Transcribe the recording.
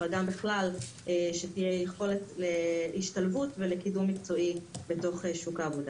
אבל גם בכלל שתהיה יכולת השתלבות וקידום מקצועי בתוך שוק העבודה.